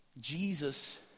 Jesus